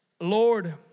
Lord